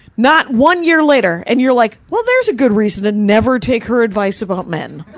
not one year later. and you're like, well there's a good reason to never take her advice about men.